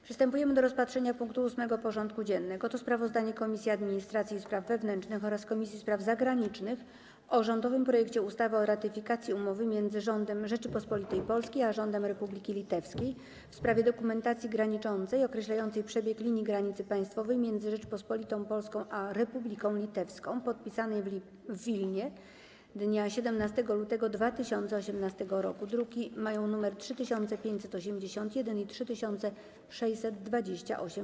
Przystępujemy do rozpatrzenia punktu 8. porządku dziennego: Sprawozdanie Komisji Administracji i Spraw Wewnętrznych oraz Komisji Spraw Zagranicznych o rządowym projekcie ustawy o ratyfikacji Umowy między Rządem Rzeczypospolitej Polskiej a Rządem Republiki Litewskiej w sprawie dokumentacji granicznej określającej przebieg linii granicy państwowej między Rzecząpospolitą Polską a Republiką Litewską, podpisanej w Wilnie dnia 17 lutego 2018 r. (druki nr 3581 i 3628)